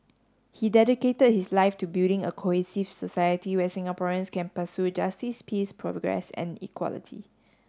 he dedicated his life to building a cohesive society where Singaporeans can pursue justice peace progress and equality